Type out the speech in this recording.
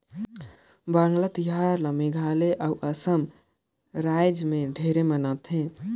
वांगला तिहार ल मेघालय अउ असम रायज मे ढेरे मनाथे